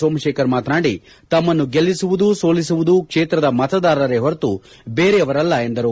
ಸೋಮಶೇಖರ್ ಮಾತನಾಡಿ ತಮ್ಮನ್ನು ಗೆಲ್ಲಿಸುವುದು ಸೋಲಿಸುವುದು ಕ್ಷೇತ್ರದ ಮತದಾರರೇ ಹೊರತು ಬೇರೆಯವರಲ್ಲ ಎಂದರು